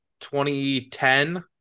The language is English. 2010